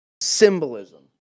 Symbolism